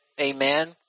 Amen